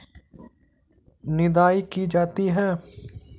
निदाई की जाती है?